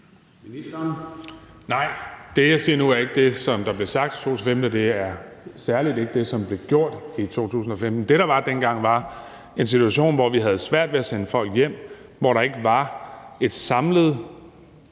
Det, jeg siger nu, er ikke det, der blev sagt i 2015, og det er særlig ikke det, som blev gjort i 2015. Den situation, der var dengang, var en situation, hvor vi havde svært ved at sende folk hjem, og hvor der ikke var en samlet